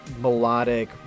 melodic